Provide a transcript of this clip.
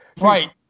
Right